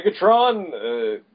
Megatron